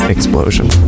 Explosion